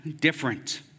different